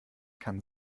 kann